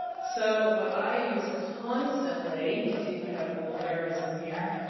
so what i use constantly let's see if i have my little arrows in here.